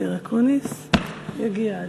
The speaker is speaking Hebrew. הארץ הזאת היא שלך,